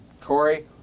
Corey